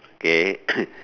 K